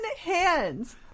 hands